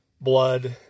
blood